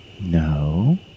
No